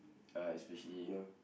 uh especially you know